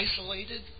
isolated